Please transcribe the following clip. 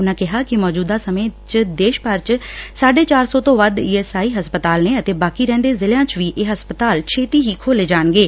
ਉਨਾਂ ਕਿਹਾ ਕਿ ਮੌਜੁਦਾ ਸਮੇਂ ਦੇਸ਼ ਭਰ ਚ ਸਾਫੇ ਚਾਰ ਸੌ ਤੋ ਵੱਧ ਈ ਐਸ ਆਈ ਹਸਪਤਾਲ ਨੇ ਅਤੇ ਬਾਕੀ ਰਹਿੰਦੇ ਜ਼ਿਲ਼ਿਆਂ ਚ ਵੀ ਇਹ ਹਸਪਤਾਲ ਛੇਤੀ ਖੋਲ੍ਹੇ ਜਾਣਗੇ